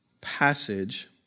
passage